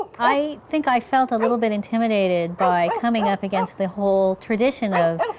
i think i felt a little bit intimidated by coming up against the whole tradition of,